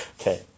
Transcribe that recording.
Okay